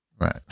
Right